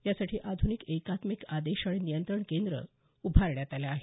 यासाठी आध्निक एकात्मिक आदेश आणि नियंत्रण केंद्रउभारण्यात आलं आहे